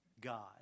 God